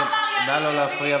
אבל נביא שקר.